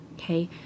Okay